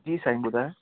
जी साईं ॿुधाए